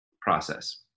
process